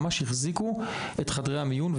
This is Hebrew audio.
ממש החזיקו את חדרי המיון,